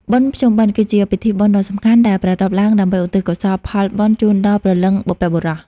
បុណ្យភ្ជុំបិណ្ឌ គឺជាពិធីបុណ្យដ៏សំខាន់ដែលប្រារព្ធឡើងដើម្បីឧទ្ទិសកុសលផលបុណ្យជូនដល់ព្រលឹងបុព្វបុរស។